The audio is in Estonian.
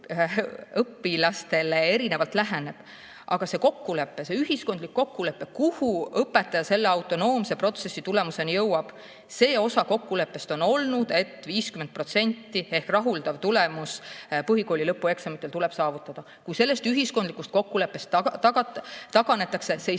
õpilastele erinevalt läheneb, aga see kokkulepe, see ühiskondlik kokkulepe, kuhu õpetaja selle autonoomse protsessi tulemusena jõuab, see osa kokkuleppest on olnud, et 50% ehk rahuldav tulemus põhikooli lõpueksamitel tuleb saavutada. Kui sellest ühiskondlikust kokkuleppest taganetakse, siis